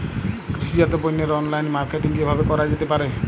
কৃষিজাত পণ্যের online marketing কিভাবে করা যেতে পারে?